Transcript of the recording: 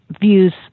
views